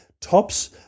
tops